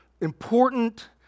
important